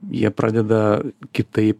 jie pradeda kitaip